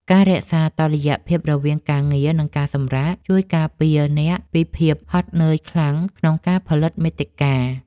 ការរក្សាតុល្យភាពរវាងការងារ និងការសម្រាក ជួយការពារអ្នកពីភាពហត់នឿយខ្លាំងក្នុងការផលិតមាតិកា។